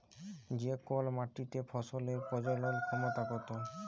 যে কল মাটিতে ফসলের প্রজলল ক্ষমতা কত